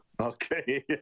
okay